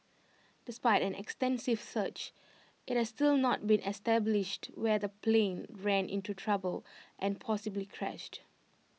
despite an extensive search IT has still not been established where the plane ran into trouble and possibly crashed